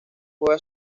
juega